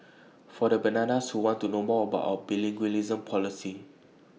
for the bananas who want to know more about our bilingualism policy